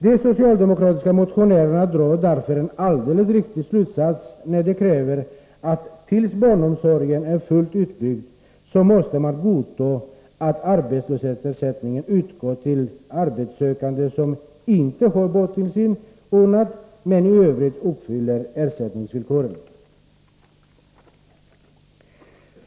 De socialdemokratiska motionärerna drar därför en alldeles riktig slutsats när de kräver att tills barnomsorgen är fullt utbyggd måste man godta att arbetslöshetsersättning utgår till arbetssökande som inte har barntillsynen ordnad men i övrigt uppfyller ersättningsvillkoren.